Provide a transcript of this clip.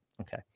Okay